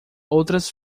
outras